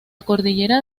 cordillera